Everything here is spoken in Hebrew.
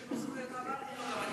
מי שלא זוכר את העבר אין לו גם עתיד.